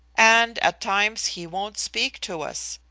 and at times he won't speak to us.